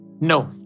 No